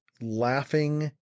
laughing